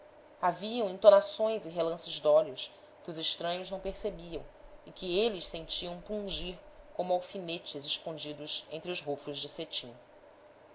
haviam ento nações e relances dolhos que os estranhos não percebiam e que eles sentiam pungir como alfinetes escondidos entre os rofos de cetim